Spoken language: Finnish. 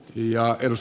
ja jos